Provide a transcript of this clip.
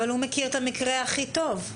אבל הוא מכיר את המקרה הכי טוב.